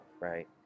right